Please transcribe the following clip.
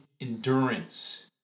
endurance